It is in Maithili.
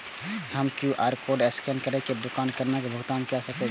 हम क्यू.आर कोड स्कैन करके दुकान केना भुगतान काय सकब?